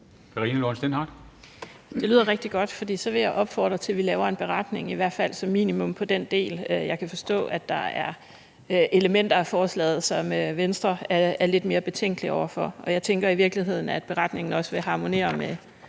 Det lyder rigtig godt, for så vil jeg opfordre til, at vi laver en beretning i hvert fald som minimum på den del. Jeg kan forstå, at der er elementer af forslaget, som Venstre er lidt mere betænkelige over for, og jeg tænker i virkeligheden, at beretningen også vil harmonere med